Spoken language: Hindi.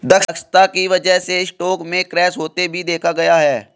दक्षता की वजह से स्टॉक में क्रैश होते भी देखा गया है